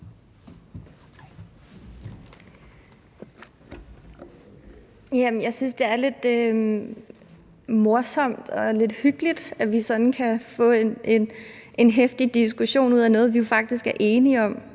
Jeg synes, det er lidt morsomt og lidt hyggeligt, at vi sådan kan få en heftig diskussion ud af noget, vi jo